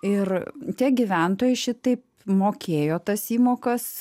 ir tie gyventojai šitaip mokėjo tas įmokas